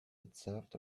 itself